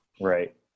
Right